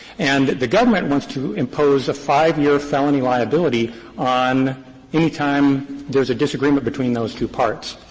and the government wants to impose a five year felony liability on any time there is a disagreement between those two parts,